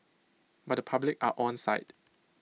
but the public are onside